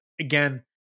again